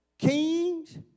Kings